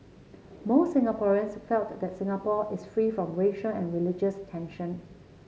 most Singaporeans felt that Singapore is free from racial and religious tension